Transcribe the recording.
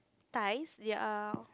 Thais their